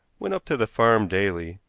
went up to the farm daily,